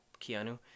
keanu